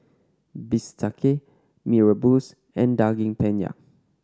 bistake Mee Rebus and Daging Penyet